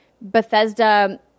Bethesda